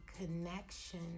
connection